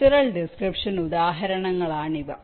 structural ഡിസ്ക്രിപ്ഷന് ഉദാഹരണങ്ങളാണ് ഇവ